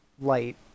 light